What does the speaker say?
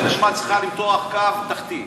חברת החשמל צריכה למתוח קו תחתי,